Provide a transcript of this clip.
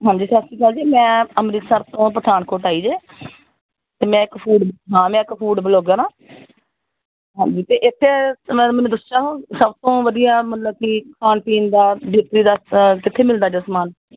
ਹਾਂਜੀ ਸਤਿ ਸ਼੍ਰੀ ਅਕਾਲ ਜੀ ਮੈਂ ਅੰਮ੍ਰਿਤਸਰ ਤੋਂ ਪਠਾਨਕੋਟ ਆਈ ਜੇ ਅਤੇ ਮੈਂ ਇੱਕ ਫੂਡ ਹਾਂ ਮੈਂ ਇੱਕ ਫੂਡ ਵਲੋਗਰ ਆ ਹਾਂਜੀ ਅਤੇ ਇੱਥੇ ਮ ਮੈਨੂੰ ਦੱਸਿਓ ਸਭ ਤੋਂ ਵਧੀਆ ਮਤਲਬ ਕਿ ਖਾਣ ਪੀਣ ਦਾ ਕਿੱਥੇ ਮਿਲਦਾ ਜੀ ਸਮਾਨ